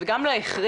למיטב